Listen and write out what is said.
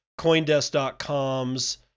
Coindesk.com's